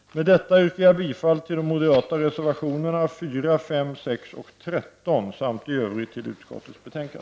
Med detta yrkar jag bifall till de moderata reservationerna 4, 5, 6 och 13 samt i övrigt till utskottets hemställan.